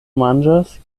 manĝas